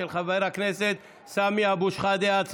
של חבר הכנסת סמי אבו שחאדה.